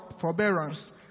forbearance